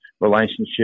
relationship